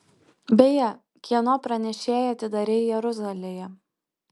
beje kieno pranešėją atidarei jeruzalėje